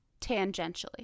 tangentially